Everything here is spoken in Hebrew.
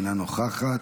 אינה נוכחת,